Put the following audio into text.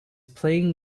playing